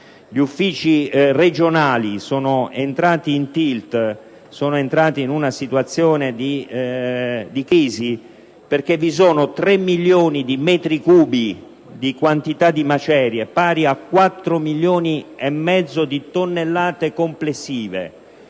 Gli uffici regionali sono entrati in tilt e si trovano in una situazione di crisi, perché vi sono 3 milioni di metri cubi di macerie, pari a 4,5 milioni di tonnellate complessive: